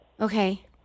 Okay